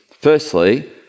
Firstly